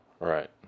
Right